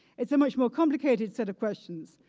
it's a much more complicated set of questions.